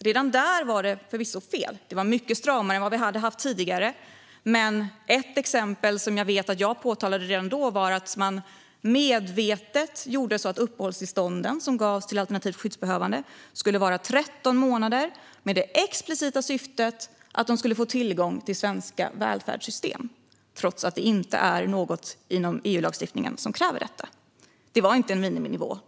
Redan då hade man fel. Det var mycket stramare än hur det hade varit tidigare. Men ett exempel som jag påtalade redan då var att man medvetet gjorde att de uppehållstillstånd som gavs till alternativt skyddsbehövande skulle ges för 13 månader med det explicita syftet att personerna i fråga skulle få tillgång till svenska välfärdssystem, trots att inget i EU-lagstiftningen krävde det. Det var alltså ingen miniminivå.